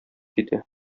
китә